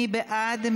מי בעד?